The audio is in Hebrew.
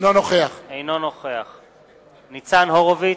אינו נוכח ניצן הורוביץ,